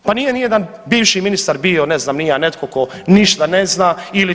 Pa nije nijedan bivši ministar bio, ne znam ni ja, netko tko ništa ne zna.